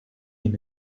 him